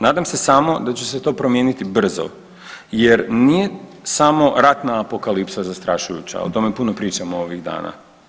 Nadam se samo da će se to promijeniti brzo jer nije samo ratna apokalipsa zastrašujuća, o tome puno pričamo ovih dana.